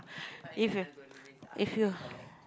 if you if you